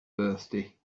birthday